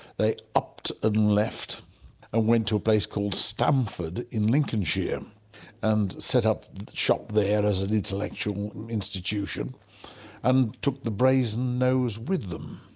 they upped and left and went to a place called stamford in lincolnshire and set up shop there as an intellectual institution and took the brasen nose with them.